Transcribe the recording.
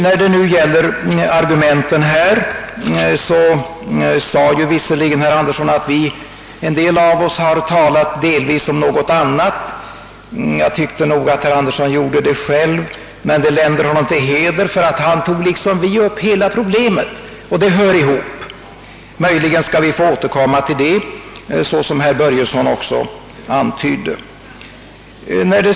När det gäller argumenten sade visserligen herr Anderson att några av oss delvis har talat om något annat än själva förslaget, men jag tyckte nog att herr Anderson själv gjorde detsamma. Det länder honom till heder, ty han tog liksom vi upp hela problemet, och det hör ihop. Möjligen skall vi få återkomma till det, såsom herr Börjesson i Falköping också antydde.